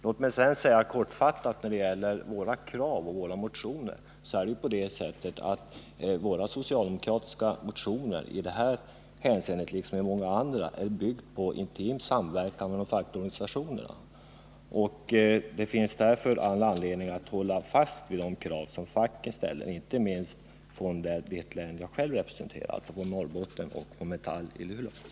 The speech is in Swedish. När det sedan gäller våra krav och våra motioner vill jag kortfattat säga att de socialdemokratiska motionerna i detta hänseende liksom i många andra är byggda på intim samverkan med de fackliga organisationerna. Det finns därför all anledning att hålla fast vid de krav som facket ställer, inte minst från Norrbotten, som jag själv representerar — och Metall i Luleå.